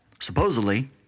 Supposedly